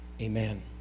Amen